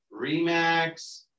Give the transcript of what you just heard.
Remax